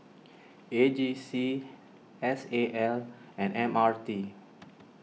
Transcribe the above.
A J C S A L and M R T